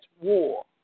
war